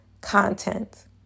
content